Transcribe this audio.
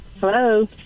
Hello